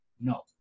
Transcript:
No